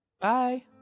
Bye